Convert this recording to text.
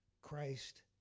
Christ